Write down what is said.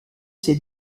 ses